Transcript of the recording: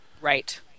right